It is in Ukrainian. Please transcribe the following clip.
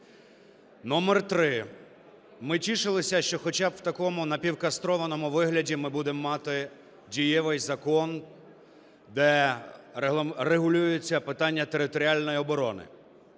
Номер три. Ми тішилися, що хоча б у такому напівкастрованому вигляді ми будемо мати дієвий закон, де регулюється питання територіальної оборони.